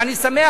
ואני שמח,